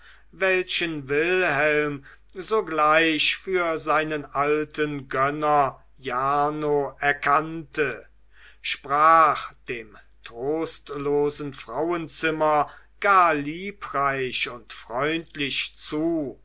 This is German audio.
welchen wilhelm sogleich für seinen alten gönner jarno erkannte sprach dem trostlosen frauenzimmer gar liebreich und freundlich zu